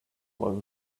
was